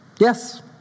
Yes